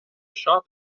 shop